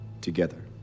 Together